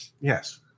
yes